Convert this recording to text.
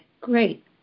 great